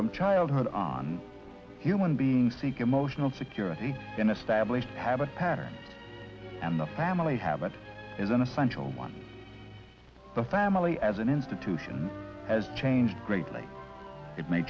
from childhood on human being seek emotional security in establishing a habit pattern and the family habit is an essential one the family as an institution has changed greatly it may